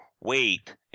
Wait